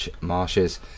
Marshes